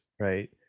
right